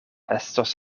estos